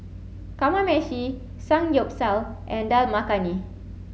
Kamameshi Samgyeopsal and Dal Makhani